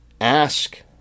ask